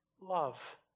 love